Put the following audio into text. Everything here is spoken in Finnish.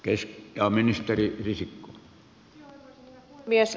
arvoisa herra puhemies